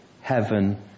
heaven